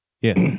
Yes